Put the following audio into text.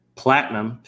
platinum